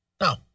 No